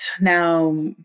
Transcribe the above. now